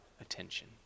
attention